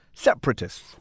separatists